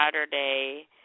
Saturday